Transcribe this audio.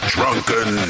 Drunken